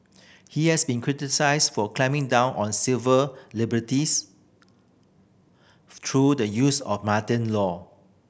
he has been criticised for clamping down on civil liberties through the use of law